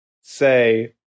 say